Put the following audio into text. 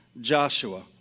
Joshua